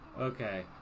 Okay